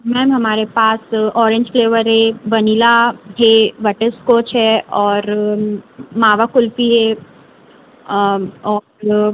ma'am हमारे पास orange flavour है वनिला है बटरस्कॉच है और मावा कुल्फ़ी है और